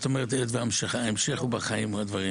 אתה ודאי זוכר את זה, אדוני היושב-ראש.